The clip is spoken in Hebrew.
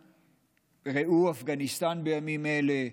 ראו את אפגניסטן בימים אלה,